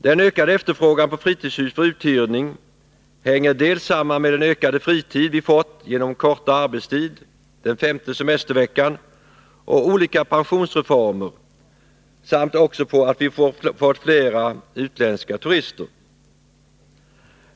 Den ökade efterfrågan på fritidshus för uthyrning hänger samman med den ökade fritid vi fått genom kortare arbetstid, den femte semesterveckan och olika pensionsreformer samt också med att vi fått fler utländska turister.